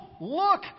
look